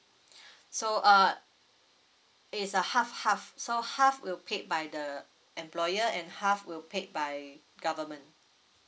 so uh is a half half so half will paid by the employer and half will paid by government